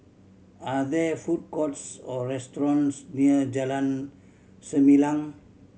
are there food courts or restaurants near Jalan Selimang